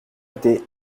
étaient